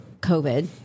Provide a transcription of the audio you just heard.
COVID